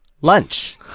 lunch